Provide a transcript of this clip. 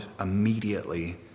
immediately